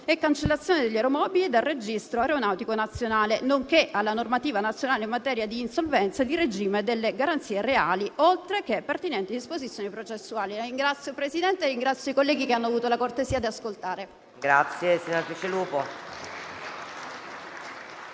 e cancellazione degli aeromobili dal registro aeronautico nazionale, nonché alla normativa nazionale in materia d'insolvenza e di regime delle garanzie reali, oltre che delle pertinenti disposizioni processuali.